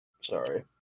Sorry